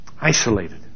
isolated